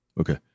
okay